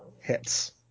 hits